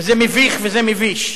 וזה מביך וזה מביש.